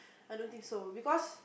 I don't think so because